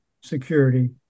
security